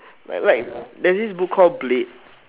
like like there's this book called blade